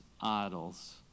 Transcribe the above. idols